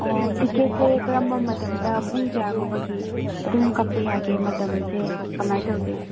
ꯑꯣ ꯇꯤꯀꯦꯠꯁꯦ ꯀꯔꯝꯕ ꯃꯇꯝꯗ ꯄꯨꯡ ꯀꯌꯥꯒꯨꯝꯕꯒꯤ ꯑꯗꯨꯝ ꯀꯛꯄ ꯌꯥꯒꯦ ꯃꯇꯝꯁꯦ ꯀꯥꯃꯥꯏꯅ ꯇꯧꯒꯦ